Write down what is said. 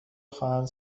خواهند